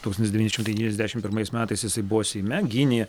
tūkstantis devyni šimtai devyniasdešim pirmais metais jisai buvo seime gynė